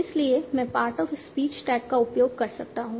इसलिए मैं part of speech tag का उपयोग कर सकता हूं